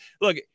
look